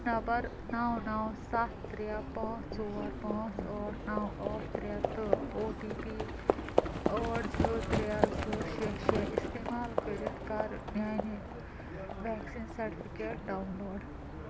number نَو نَو سَتھ ترٛےٚ پانٛژھ ژور پانٛژھ ٲٹھ نَو ٲٹھ ترٛےٚ تہٕ او ٹی پی ٲٹھ زٕ ترٛےٚ زٕ شےٚ شےٚ استعمال کٔرِتھ کر میٲنہِ ویکسیٖن سرٹِفکیٹ ڈاؤن لوڈ